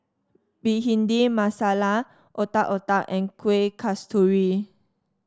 Bhindi Masala Otak Otak and Kueh Kasturi